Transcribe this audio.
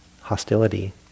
hostility